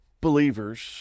believers